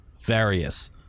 Various